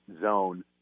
zone